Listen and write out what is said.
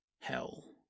hell